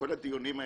כל הדיונים האלה,